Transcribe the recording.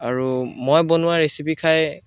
আৰু মই বনোৱা ৰেচিপি খাই